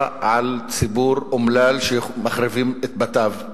על ציבור אומלל שמחריבים את בתיו.